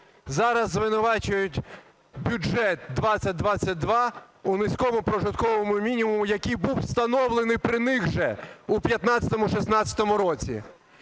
зараз звинувачують бюджет-2022 у низькому прожитковому мінімумі, який був встановлений при них же в 2015-2016 році,